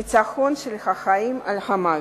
ניצחון של החיים על המוות.